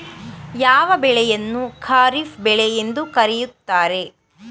ಯಾವ ಬೆಳೆಯನ್ನು ಖಾರಿಫ್ ಬೆಳೆ ಎಂದು ಕರೆಯುತ್ತಾರೆ?